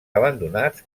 abandonats